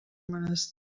menester